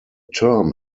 term